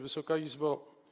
Wysoka Izbo!